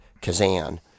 Kazan